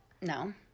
No